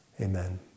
Amen